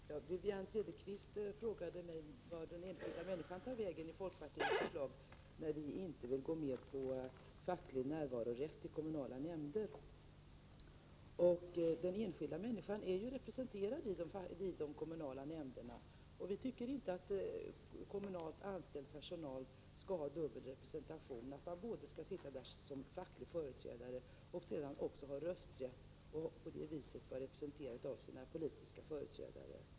Prot. 1985/86:87 Fru talman! Wivi-Anne Cederqvist frågade mig vart den enskilda männi 26 februari 1986 skan tar vägen i folkpartiets förslag, när vi inte vill gå med på facklig å - a -§ Sa Vissa kommunala frånärvarorätt i kommunala nämnder. Den enskilda människan är ju represengorm.m. terad i de kommunala nämnderna. Vi tycker inte att kommunalt anställd personal skall ha dubbel representation, att man alltså både är facklig företrädare och har rösträtt och på det viset blir politiskt representerad.